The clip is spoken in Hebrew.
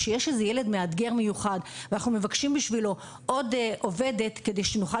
כשיש ילד מאתגר במיוחד ואנחנו מבקשים בשבילו עוד עובדת כדי שנוכל